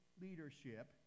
leadership